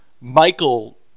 Michael